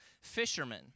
fishermen